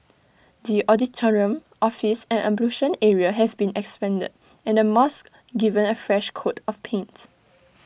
the auditorium office and ablution area have been expanded and the mosque given A fresh coat of paint